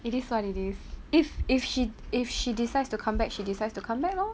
it is what it is if if she if she decides to come back she decides to come back lor